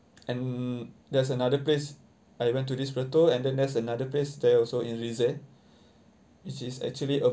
and there's another place I went to this plateau and then there's another place there also in rize which is actually a